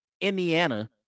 Indiana